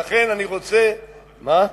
ולכן אני רוצה, אה,